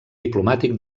diplomàtic